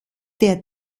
der